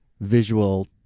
visual